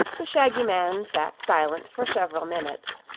the shaggy man sat silent for several minutes,